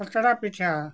ᱯᱟᱛᱲᱟ ᱯᱤᱴᱷᱟᱹ